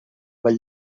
ball